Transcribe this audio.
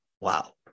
wow